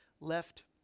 left